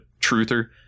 truther